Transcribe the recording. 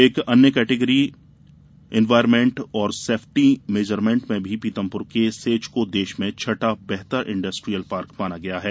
एक अन्य category environment व सेफ्टी मेजरमेंट में भी पीथमपुर के सेज को देश में छठा बेहतर इंडस्ट्रियल पार्क माना गया है